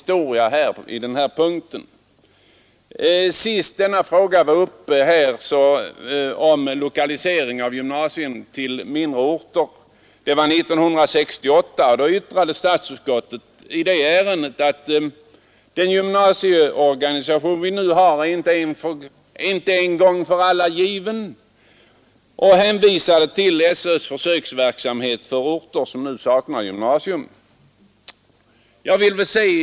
6 december 1972 Senast frågan om lokalisering av gymnasier till mindre orter behandlades var 1968. Då anförde statsutskottet: ”Den gymnasieorganisation har i dag ser ut att bli gynnsammare för de mindre orterna. Lokalisering av som vi har i dag är givetvis inte en gång för alla given.” Utskottet viss gymnasial hänvisade till SÖ:s försöksverksamhet för orter som saknade gymnasium. utbildning m.m.